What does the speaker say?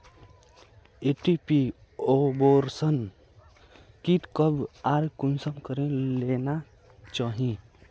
MTP abortion kit कब आर कुंसम करे लेना चही?